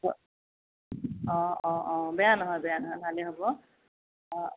অঁ অঁ অঁ বেয়া নহয় বেয়া নহয় ভালেই হ'ব অঁ